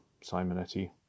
Simonetti